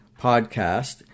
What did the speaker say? podcast